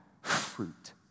fruit